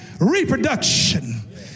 reproduction